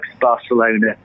Barcelona